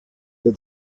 the